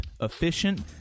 efficient